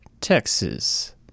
Texas